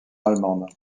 allemande